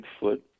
Bigfoot